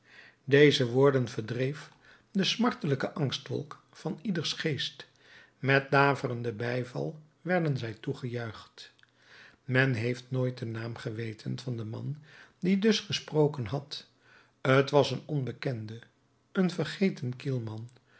deze woorden verdreef de smartelijke angstwolk van ieders geest met daverenden bijval werden zij toegejuicht men heeft nooit den naam geweten van den man die dus gesproken had t was een onbekende een vergeten kielman